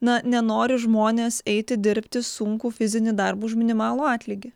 na nenori žmonės eiti dirbti sunkų fizinį darbą už minimalų atlygį